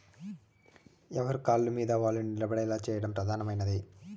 ఎవరి కాళ్ళమీద వాళ్ళు నిలబడేలా చేయడం ప్రధానమైనది